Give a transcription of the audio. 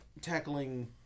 tackling